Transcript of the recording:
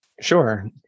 Sure